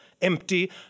empty